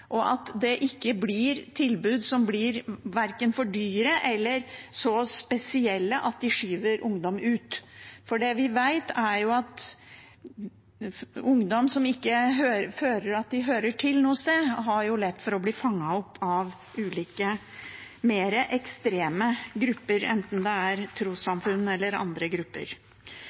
og at det ikke blir tilbud som blir for dyre eller så spesielle at de skyver ungdom ut. For det vi vet, er jo at ungdom som ikke føler at de hører til noe sted, har lett for å bli fanget opp av ulike mer ekstreme grupper, enten det er trossamfunn eller andre grupper.